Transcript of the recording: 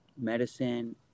medicine